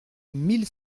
mille